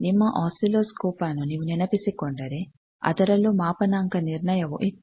ನಿಮ್ಮ ಆಸಿಲ್ಲೋಸ್ಕೋಪ್ ನ್ನು ನೀವು ನೆನಪಿಸಿಕೊಂಡರೆ ಅದರಲ್ಲೂ ಮಾಪನಾಂಕ ನಿರ್ಣಯವು ಇತ್ತು